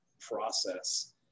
process